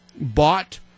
bought